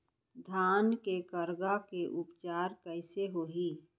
धान के करगा के उपचार कइसे होही?